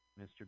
Mr